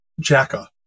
Jacka